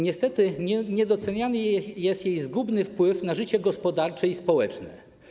Niestety niedoceniany jest jej zgubny wpływ na życie gospodarcze i społeczne.